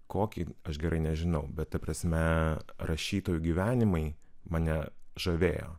kokį aš gerai nežinau bet ta prasme rašytojų gyvenimai mane žavėjo